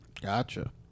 Gotcha